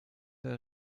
der